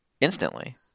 instantly